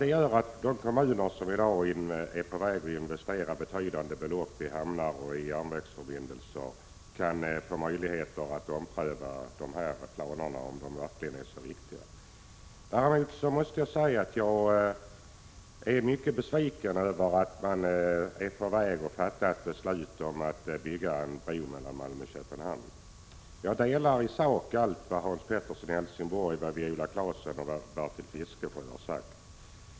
Det innebär att de kommuner som i dag är på väg att investera betydande belopp i hamnar och järnvägsförbindelser kan få möjligheter att ompröva sina planer och se om de verkligen är så viktiga. Däremot är jag mycket besviken över att man är på väg att fatta beslut om att bygga en bro mellan Malmö och Köpenhamn. Jag delar i sak allt det Hans Pettersson i Helsingborg, Viola Claesson och Bertil Fiskesjö har sagt.